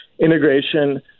Integration